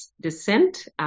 descent